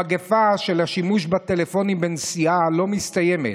המגפה של השימוש בטלפונים בנסיעה לא מסתיימת.